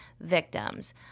victims